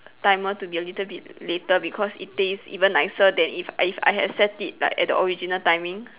timer to be a little bit later because it taste even nicer than if if I had set it like at the original timing